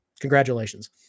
Congratulations